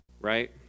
Right